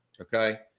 Okay